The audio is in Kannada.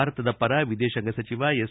ಭಾರತದ ಪರ ವಿದೇಶಾಂಗ ಸಚಿವ ಎಸ್